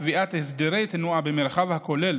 קביעת הסדרי התנועה במרחב הכוללים